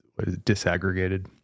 disaggregated